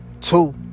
Two